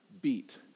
beat